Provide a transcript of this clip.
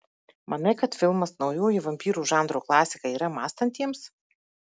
manai kad filmas naujoji vampyrų žanro klasika yra mąstantiems